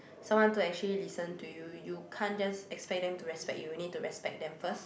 someone to actually listen to you you can't just expect them to respect you you will need to respect them first